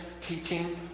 teaching